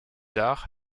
arts